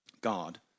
God